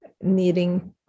needing